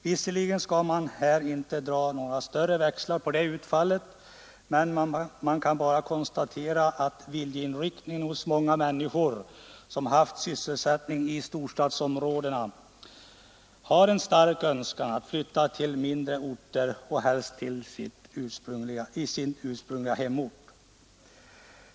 Visserligen skall man kanske inte dra för stora växlar på det utfallet, men man kan konstatera att viljeinriktningen hos många människor som haft sysselsättning i storstadsområdena varit att flytta till mindre orter och helst till sin ursprungliga hemort.